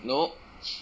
no